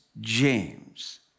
James